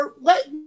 Let